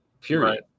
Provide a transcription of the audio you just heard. period